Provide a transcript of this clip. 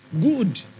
good